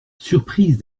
surprise